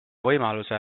võimaluse